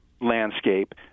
landscape